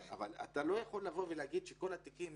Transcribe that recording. אתה לא יכול לבוא ולהגיד שכל התיקים